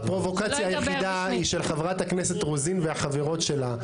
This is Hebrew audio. הפרובוקציה היחידה היא של חברת הכנסת רוזין והחברות שלה,